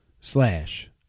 slash